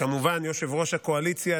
וכמובן יושב-ראש הקואליציה,